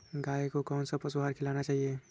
गाय को कौन सा पशु आहार खिलाना चाहिए?